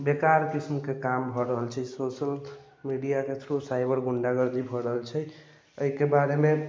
बेकार किस्मके काम भऽ रहल छै सोशल मीडियाके थ्रू साइबर गुण्डागर्दी भऽ रहल छै एहिके बारेमे